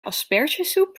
aspergesoep